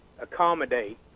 accommodate